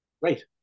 Right